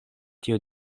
tio